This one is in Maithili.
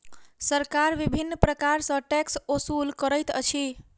सरकार विभिन्न प्रकार सॅ टैक्स ओसूल करैत अछि